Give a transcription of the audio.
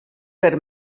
per